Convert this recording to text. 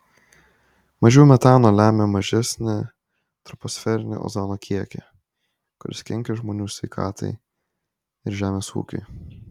mažiau metano lemia mažesnį troposferinio ozono kiekį kuris kenkia žmonių sveikatai ir žemės ūkiui